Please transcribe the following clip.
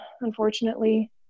unfortunately